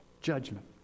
judgment